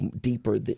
deeper